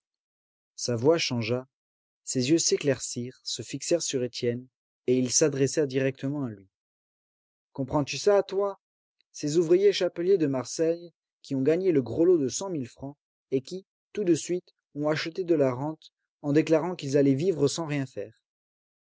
sa voix changea ses yeux s'éclaircirent se fixèrent sur étienne et il s'adressa directement à lui comprends-tu ça toi ces ouvriers chapeliers de marseille qui ont gagné le gros lot de cent mille francs et qui tout de suite ont acheté de la rente en déclarant qu'ils allaient vivre sans rien faire